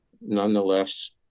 nonetheless